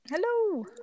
Hello